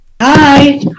Hi